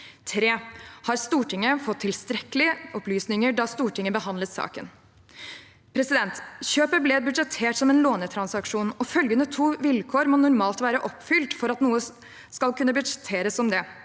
3. Har Stortinget fått tilstrekkelige opplysninger da Stortinget behandlet saken? Kjøpet ble budsjettert som en lånetransaksjon, og følgende to vilkår må normalt være oppfylt for at noe skal kunne budsjetteres som det.